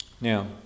Now